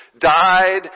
died